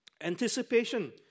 anticipation